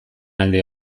alde